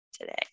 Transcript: today